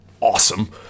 awesome